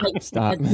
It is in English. Stop